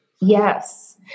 Yes